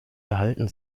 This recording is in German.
erhalten